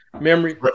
Memory